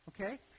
Okay